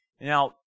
Now